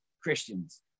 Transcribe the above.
Christians